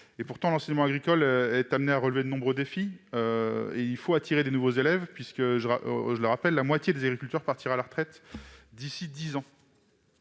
Pourtant, l'enseignement agricole est amené à relever de nombreux défis. Il faut attirer de nouveaux élèves puisque, je le rappelle, la moitié des agriculteurs partiront à la retraite d'ici dix ans.